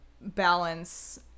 balance